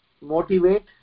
motivate